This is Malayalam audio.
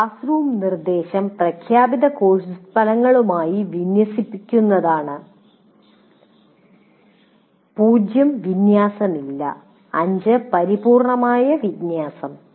ക്ലാസ് റൂം നിർദ്ദേശം പ്രഖ്യാപിത കോഴ്സ് ഫലങ്ങളുമായി വിന്യസിക്കുന്നതാണ് 0 വിന്യാസം ഇല്ല 5 പൂർണ്ണമായ വിന്യാസം